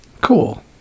Cool